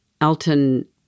Elton